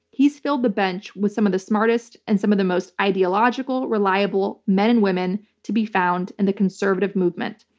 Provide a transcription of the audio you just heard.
he's filled the bench with some of the smartest and some of the most ideological, reliable men and women to be found in and the conservative movement.